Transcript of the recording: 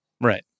Right